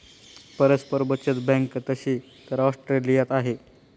परस्पर बचत बँक तशी तर ऑस्ट्रेलियात आहे